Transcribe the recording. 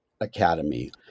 academy